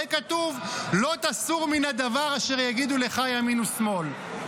הרי כתוב: "לא תסור מן הדבר אשר יגידו לך ימין ושמאל".